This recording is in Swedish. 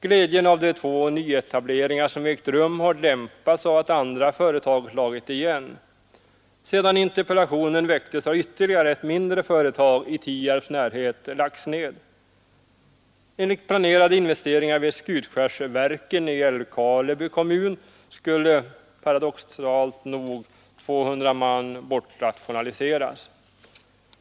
Glädjen över de två nyetableringar som ägt rum har dämpats av att andra företag slagit igen. Sedan interpellationen väcktes har ytterligare ett mindre företag i Tierps närhet lagts ned. Enligt planerade rationaliseringar vid Skutskärsverken i Älvkarleby kommun skulle paradoxalt nog 200 man bortrationaliseras.